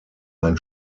ein